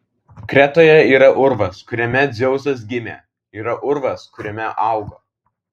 kretoje yra urvas kuriame dzeusas gimė yra urvas kuriame augo